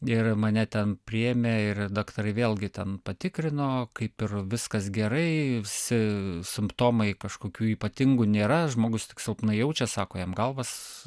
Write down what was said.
ir mane ten priėmė ir daktarai vėlgi ten patikrino kaip ir viskas gerai visi simptomai kažkokių ypatingų nėra žmogus tik silpnai jaučias sako jam galvas